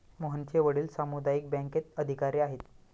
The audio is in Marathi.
मोहनचे वडील सामुदायिक बँकेत अधिकारी आहेत